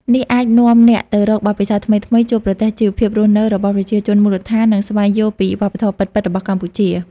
នេះអាចនាំអ្នកទៅរកបទពិសោធន៍ថ្មីៗ ជួបប្រទះជីវភាពរស់នៅរបស់ប្រជាជនមូលដ្ឋាន និងស្វែងយល់ពីវប្បធម៌ពិតៗរបស់កម្ពុជា។